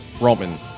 Roman